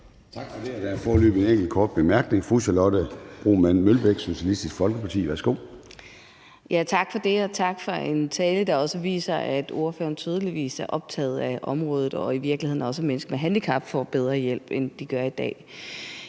Tak for det. Og der er foreløbig en enkelt kort bemærkning fra fru Charlotte Broman Mølbæk, Socialistisk Folkeparti. Værsgo. Kl. 10:33 Charlotte Broman Mølbæk (SF): Tak for det. Og tak for en tale, der også viser, at ordføreren tydeligvis er optaget af området og i virkeligheden også ønsker, at mennesker med handicap får bedre hjælp, end de gør i dag.